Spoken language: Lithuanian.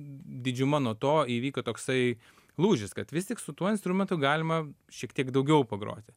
didžiuma nuo to įvyko toksai lūžis kad vis tik su tuo instrumentu galima šiek tiek daugiau pagroti